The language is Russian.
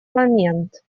момент